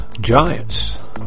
Giants